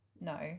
No